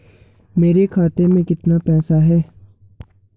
मेरे खाते में कितना पैसा है?